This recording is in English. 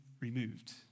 removed